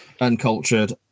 uncultured